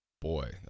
boy